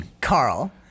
Carl